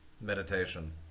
meditation